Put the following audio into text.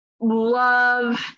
love